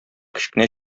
кечкенә